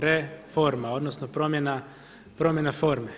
Reforma, odnosno promjena forme.